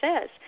says